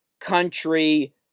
country